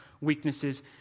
weaknesses